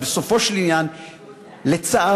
אבל בסופו של עניין, לצערי,